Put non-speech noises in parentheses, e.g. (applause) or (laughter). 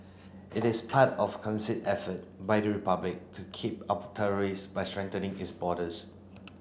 it is part of (unintelligible) effort by the Republic to keep out terrorists by strengthening its borders